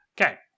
Okay